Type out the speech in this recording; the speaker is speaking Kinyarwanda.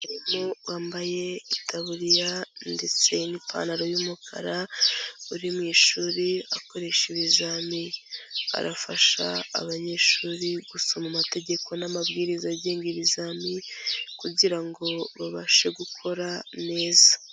Umuntu wambaye itaburiya ndetse n'ipantaro y'umukara uri mu ishuri akoresha ibizami, arafasha abanyeshuri gusoma amategeko n'amabwiriza agenga ibizamiini kugira ngo babashe gukora neza.